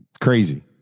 Crazy